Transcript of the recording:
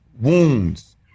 wounds